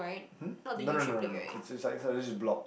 hm no no no no no it's it's like it's like just block